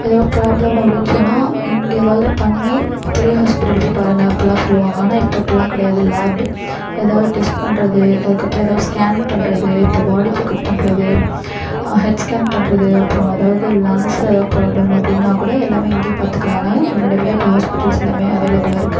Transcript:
ஏதோ ப்ராப்ளம் அப்படின்னு சொன்னால் இங்கே ஏதாவது பண்ணி பெரிய ஹாஸ்பிட்டல் போய் பாருங்க அப்பிட்லாம் சொல்லுவாங்க ஆனால் இப்போ அப்பிட்லாம் கிடையாது லேப் ஏதாவது டெஸ்ட் பண்ணுறது அதுக்கப்புறம் ஏதாவது ஸ்கேன் பண்ணுறது இப்போ பாடி செக்அப் பண்ணுறது ஹெட் ஸ்கேன் பண்ணுறது அப்புறம் ஏதாவது லங்ஸ் ஏதாவது ப்ராப்ளம் அப்படின்னா கூட எல்லாமே இங்கேயே பார்த்துக்குறாங்க முன்னாடி விட இப்போ ஹாஸ்பிட்டல்ஸ் எல்லாமே அவைளபுலாக இருக்குது